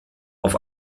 auf